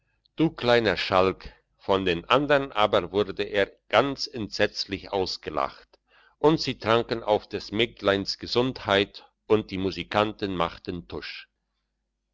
du kleiner schalk von den andern aber wurde er ganz entsetzlich ausgelacht und sie tranken auf des mägdleins gesundheit und die musikanten machten tusch